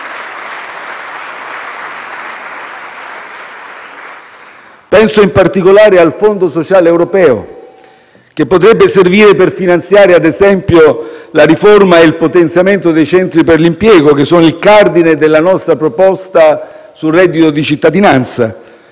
Penso, in particolare, al Fondo sociale europeo, che potrebbe servire per finanziare - ad esempio - la riforma e il potenziamento dei centri per l'impiego, che sono il cardine della nostra proposta sul reddito di cittadinanza.